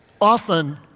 often